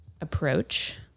approach